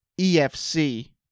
EFC